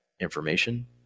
information